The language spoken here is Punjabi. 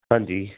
ਹਾਂਜੀ